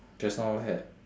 just now had